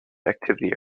activity